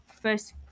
first